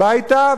הביתה,